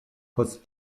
post